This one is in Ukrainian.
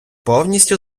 повністю